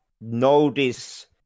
notice